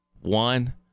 One